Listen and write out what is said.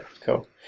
cool